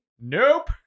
Nope